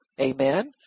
Amen